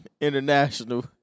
international